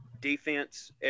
defense